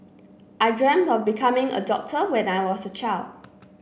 I dreamt of becoming a doctor when I was a child